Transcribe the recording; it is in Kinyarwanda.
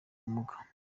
ubumuga